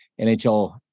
nhl